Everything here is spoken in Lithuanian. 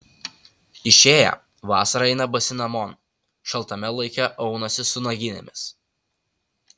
išėję vasarą eina basi namon šaltame laike aunasi su naginėmis